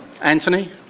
Anthony